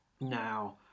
now